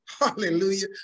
hallelujah